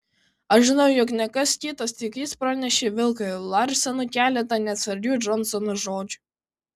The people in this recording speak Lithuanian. aš žinau jog ne kas kitas tik jis pranešė vilkui larsenui keletą neatsargių džonsono žodžių